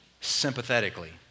sympathetically